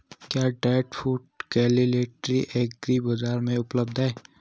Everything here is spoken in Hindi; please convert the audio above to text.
क्या डाक फुट कल्टीवेटर एग्री बाज़ार में उपलब्ध है?